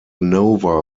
nova